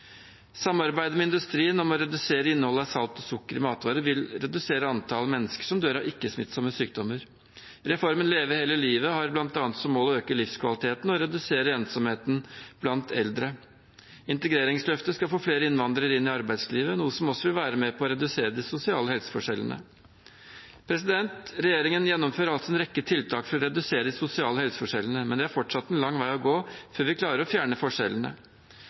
Samarbeidet med industrien om å redusere innholdet av salt og sukker i matvarer vil redusere antall mennesker som dør av ikke-smittsomme sykdommer. Reformen Leve hele livet har bl.a. som mål å øke livskvaliteten og redusere ensomheten blant eldre. Integreringsløftet skal få flere innvandrere inn i arbeidslivet, noe som også vil være med på å redusere de sosiale helseforskjellene. Regjeringen gjennomfører altså en rekke tiltak for å redusere de sosiale helseforskjellene, men vi har fortsatt en lang vei å gå før vi klarer å fjerne